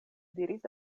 diris